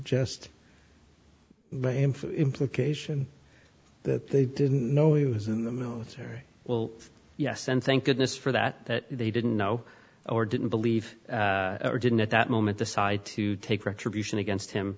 just implication that they didn't know he was in the military well yes and thank goodness for that that they didn't know or didn't believe or didn't at that moment the side to take retribution against him